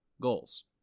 goals